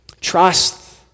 trust